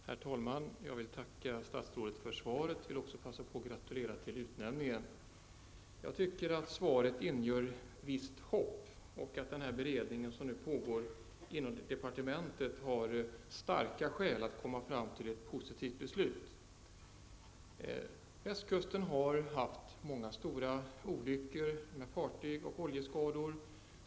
Herr talman! Jag vill tacka statsrådet för svaret. Jag vill också passa på att gratulera till utnämningen. Svaret inger visst hopp, och den beredning som nu pågår inom departementet har starka skäl att komma fram till ett positivt beslut. Västkusten har haft många stora fartygsolyckor och oljeskador.